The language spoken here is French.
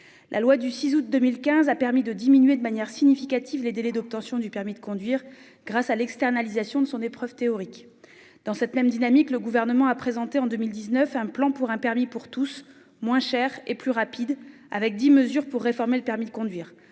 La loi du 6 août 2015 a permis de réduire de manière significative les délais d'obtention du permis de conduire grâce à l'externalisation de son épreuve théorique. Dans cette même dynamique, le Gouvernement a présenté en 2019 un plan « pour un permis pour tous, moins cher et plus rapide », avec dix mesures pour réformer le permis de conduire.